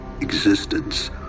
existence